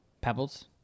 Pebbles